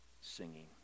singing